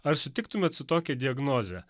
ar sutiktumėt su tokia diagnoze